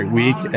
week